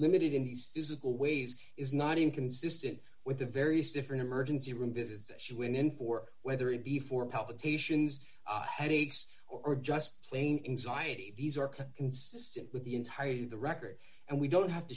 limited in these physical ways is not inconsistent with the various different emergency room visits she went in for whether it be for palpitations headaches or just plain anxiety these are consistent with the entirety of the record and we don't have to